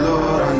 Lord